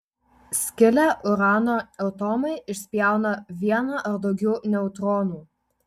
skilę urano atomai išspjauna vieną ar daugiau neutronų